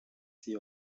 s’y